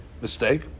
mistake